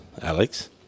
Alex